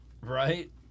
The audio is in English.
Right